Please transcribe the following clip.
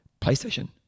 PlayStation